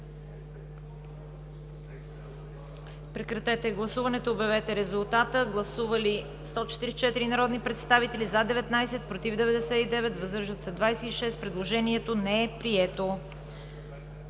Прекратете гласуването и обявете резултата. Гласували 143 народни представители: за 105, против 38, въздържали се няма. Предложението е прието.